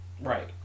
Right